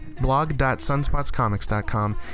blog.sunspotscomics.com